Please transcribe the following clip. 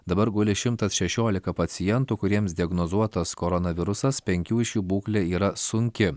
dabar guli šimtas šešiolika pacientų kuriems diagnozuotas koronavirusas penkių iš jų būklė yra sunki